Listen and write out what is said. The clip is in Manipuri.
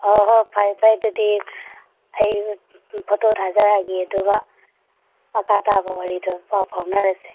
ꯑꯣ ꯍꯣꯏ ꯐꯔꯦ ꯐꯔꯦ ꯑꯗꯨꯗꯤ ꯑꯩ ꯐꯣꯇꯣ ꯊꯥꯖꯔꯛꯑꯒꯦ ꯑꯗꯨꯒ ꯃꯈꯥ ꯇꯥꯕ ꯋꯥꯔꯤꯗꯣ ꯄꯥꯎ ꯐꯥꯎꯅꯔꯁꯦ